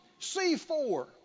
C4